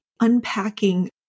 unpacking